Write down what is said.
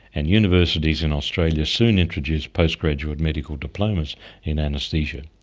and universities in australia soon introduced post-graduate medical diplomas in anaesthesia,